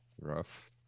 rough